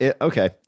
Okay